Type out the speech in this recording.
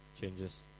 changes